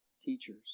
teachers